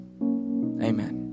amen